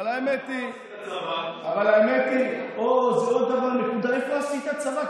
איתמר, איפה עשית צבא?